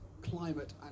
climate